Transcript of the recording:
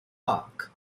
park